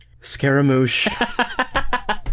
scaramouche